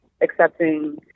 accepting